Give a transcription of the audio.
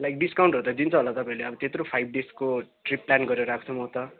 like डिस्काउन्टहरू त दिन्छ होला तपाईँहरूले त्यत्रो फाइभ डेजको ट्रिप प्लान गरेर आएको छु म त